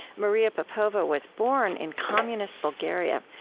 maria popova was born in communist bulgaria,